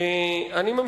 אני אשמח.